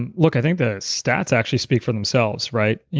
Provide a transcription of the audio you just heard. and look, i think the stats actually speak for themselves, right?